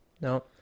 No